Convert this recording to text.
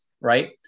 right